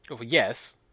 Yes